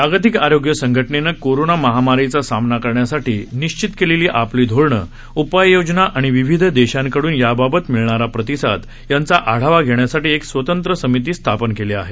जागतिक आरोग्य संघटनेनं कोरोना महामारीचा सामना करण्यासाठी निश्चित केलेली आपली धोरणं उपाययोजना आणि विविध देशांकडुन याबाबत मिळणारा प्रतिसाद यांचा आढावा घेण्यासाठी एक स्वतंत्र समिती स्थापन केली आहे